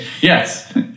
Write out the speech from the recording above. yes